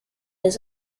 his